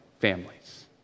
families